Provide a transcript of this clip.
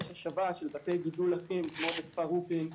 יש השבה של בתי גידול לחים כמו בכפר רופין,